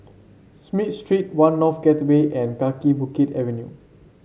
Smith Street One North Gateway and Kaki Bukit Avenue